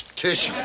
tish,